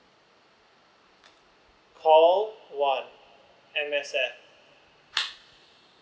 call one M_S_F